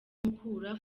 mukura